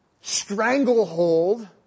stranglehold